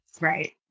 Right